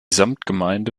samtgemeinde